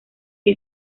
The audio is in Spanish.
que